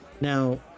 Now